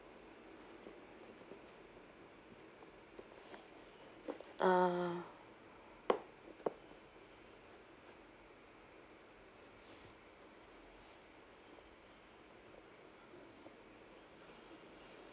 uh